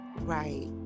Right